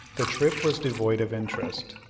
the trip was devoid of interest.